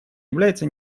является